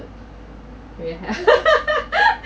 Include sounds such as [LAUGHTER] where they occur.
really hard [LAUGHS]